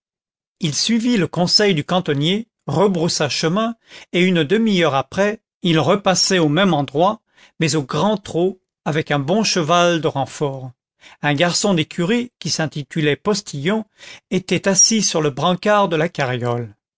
il suivit le conseil du cantonnier rebroussa chemin et une demi-heure après il repassait au même endroit mais au grand trot avec un bon cheval de renfort un garçon d'écurie qui s'intitulait postillon était assis sur le brancard de la carriole